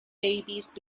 babies